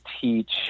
teach